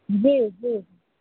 जी जी